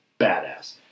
Badass